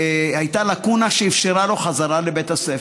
והייתה לקונה שאפשרה לו חזרה לעבודה בבית הספר.